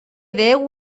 déu